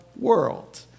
world